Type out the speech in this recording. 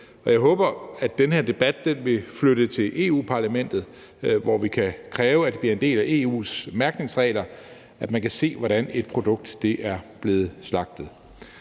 Jeg håber, at den her debat vil flytte til Europa-Parlamentet, hvor vi kan kræve, at det bliver en del af EU's mærkningsregler, at man kan se, hvordan et produkt er blevet slagtet.